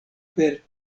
per